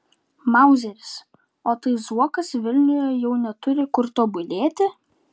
mauzeris o tai zuokas vilniuje jau neturi kur tobulėti